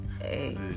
Hey